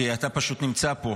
כי אתה פשוט נמצא פה.